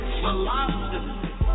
philosophy